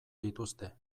dituzte